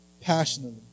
passionately